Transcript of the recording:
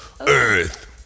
Earth